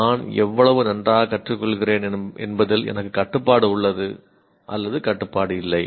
நான் எவ்வளவு நன்றாகக் கற்றுக்கொள்கிறேன் என்பதில் எனக்கு கட்டுப்பாடு உள்ளது கட்டுப்பாடு இல்லை